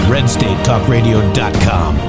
RedstateTalkRadio.com